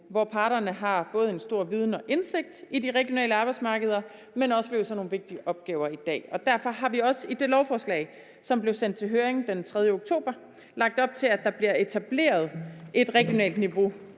hvor parterne både har en stor viden og indsigt i de regionale arbejdsmarkeder, men også løser nogle vigtige opgaver i dag. Derfor har vi også i det lovforslag, som blev sendt til høring den 3. oktober, lagt op til, at der bliver etableret et regionalt niveau